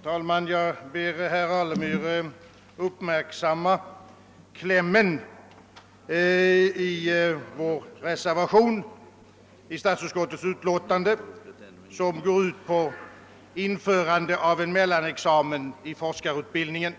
Herr talman! Jag ber herr Alemyr uppmärksamma klämmen i vår reservation som går ut på införande av en mellanexamen i forskarutbildningen.